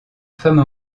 femme